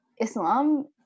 Islam